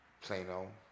Plano